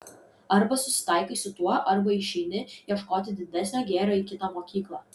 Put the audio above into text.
arba susitaikai su tuo arba išeini ieškoti didesnio gėrio į kitą mokyklą